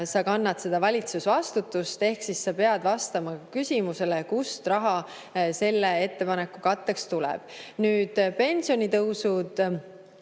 sa kannad valitsusvastutust ehk sa pead vastama küsimusele, kust raha selle ettepaneku katteks tuleb. Nüüd pensionitõusud.